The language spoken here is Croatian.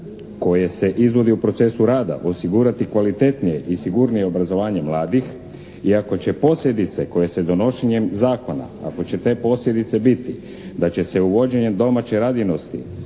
koje se izvodi u procesu rada osigurati kvalitetnije i sigurnije obrazovanje mladih i ako će posljedice koje se donošenjem zakona ako će te posljedice biti da će se uvođenjem domaće radinosti